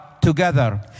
together